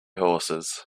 horses